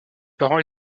parents